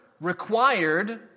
required